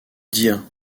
dire